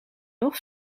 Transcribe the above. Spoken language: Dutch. nog